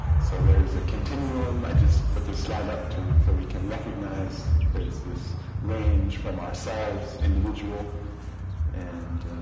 so there's a continuum i just put the slide up to so we can recognize there's this range from ourselves individual and